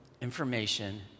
information